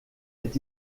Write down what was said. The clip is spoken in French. est